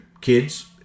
kids